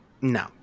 no